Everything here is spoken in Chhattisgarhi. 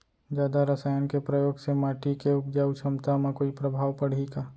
जादा रसायन के प्रयोग से माटी के उपजाऊ क्षमता म कोई प्रभाव पड़ही का?